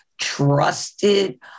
trusted